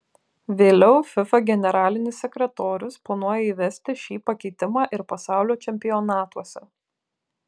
vėliau fifa generalinis sekretorius planuoja įvesti šį pakeitimą ir pasaulio čempionatuose